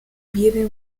pierden